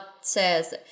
says